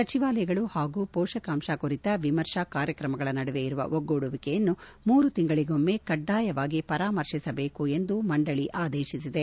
ಸಚಿವಾಲಯಗಳು ಹಾಗೂ ಪೋಷಕಾಂಶ ಕುರಿತ ವಿಮರ್ಶಾ ಕಾರ್ಯಕ್ರಮಗಳ ನಡುವೆ ಇರುವ ಒಗ್ಗೂಡುವಿಕೆಯನ್ನು ಮೂರು ತಿಂಗಳಿಗೊಮ್ನೆ ಕಡ್ಡಾಯವಾಗಿ ಪರಾಮರ್ಶಿಸಬೇಕು ಎಂದು ಮಂಡಳಿ ಆದೇಶಿಸಿದೆ